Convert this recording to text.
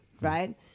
right